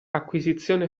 acquisizione